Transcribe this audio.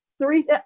three –